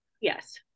Yes